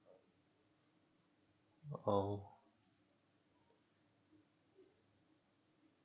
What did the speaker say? oh